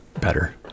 better